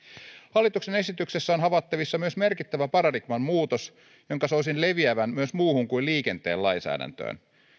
hallituksen esityksessä on havaittavissa myös merkittävä paradigman muutos jonka soisin leviävän myös muuhun kuin liikenteen lainsäädäntöön